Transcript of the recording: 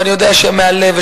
ואני יודע שהם מהלב,